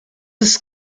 ist